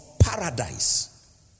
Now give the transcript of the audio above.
paradise